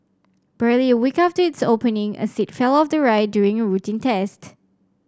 barely a week after its opening a seat fell off the ride during a routine test